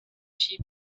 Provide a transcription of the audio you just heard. cheap